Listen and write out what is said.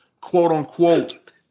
quote-unquote